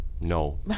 No